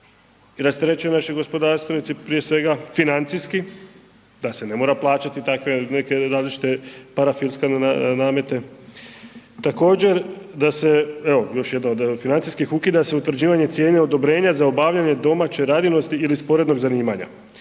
i rasterećuju naši gospodarstvenici prije svega financijski, da se ne mora plaćati takve neke različite parafiskalne namete. Također da se, evo još jedna od financijskih, ukida se utvrđivanje cijene odobrenja za obavljanje domaće radinosti ili sporednog zanimanja